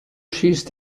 schießt